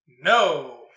No